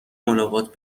ملاقات